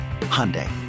Hyundai